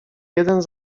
jeden